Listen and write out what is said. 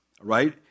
right